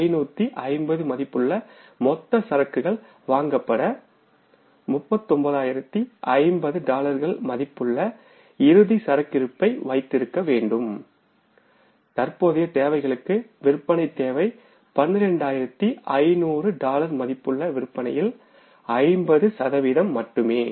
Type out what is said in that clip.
51550 மதிப்புள்ள மொத்த சரக்குகள் வாங்கப்பட 39050 டாலர்கள் மதிப்புள்ள இறுதி சர்க்ககிறுப்பை வைத்திருக்க வேண்டும் தற்போதைய தேவைகளுக்கு விற்பனை தேவை 12500 டாலர் மதிப்புள்ள விற்பனையில் 50 சதவீதம் மட்டுமே